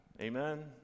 Amen